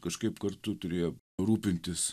kažkaip kartu turėjo rūpintis